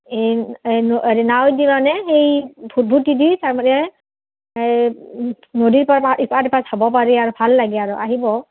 এই এই হেৰি নাও দি মানে সেই ভুতভুতি দি তাৰমানে এই নদীৰ পাৰৰপৰা ইপাৰ সিপাৰ চাব পাৰি আৰু ভাল লাগে আৰু আহিব